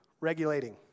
regulating